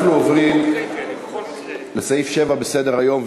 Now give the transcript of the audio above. אנחנו עוברים לסעיף 7 בסדר-היום,